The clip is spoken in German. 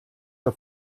der